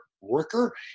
worker